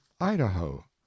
Idaho